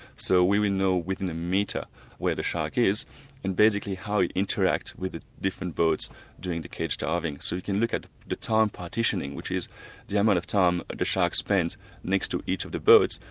so we will know within a metre where the shark is and basically how it interacts with the different boats during the cage diving. so we can look at the time partitioning, which is the amount of time ah the shark spends next to each of the boats,